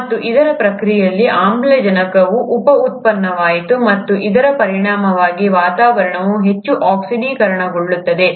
ಮತ್ತು ಇದರ ಪ್ರಕ್ರಿಯೆಯಲ್ಲಿ ಆಮ್ಲಜನಕವು ಉಪ ಉತ್ಪನ್ನವಾಯಿತು ಮತ್ತು ಇದರ ಪರಿಣಾಮವಾಗಿ ವಾತಾವರಣವು ಹೆಚ್ಚು ಆಕ್ಸಿಡೀಕರಣಗೊಳ್ಳುತ್ತದೆ